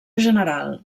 general